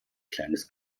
kleines